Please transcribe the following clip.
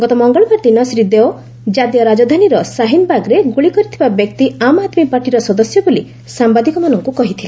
ଗତ ମଙ୍ଗଳବାର ଦିନ ଶ୍ରୀ ଦେଓ ଜାତୀୟ ରାଜଧାନୀର ସାହିନବାଗରେ ଗୁଳି କରିଥିବା ବ୍ୟକ୍ତି ଆମ୍ ଆଦ୍ମି ପାର୍ଟିର ସଦସ୍ୟ ବୋଲି ସାମ୍ବାଦିକମାନଙ୍କୁ କହିଥିଲେ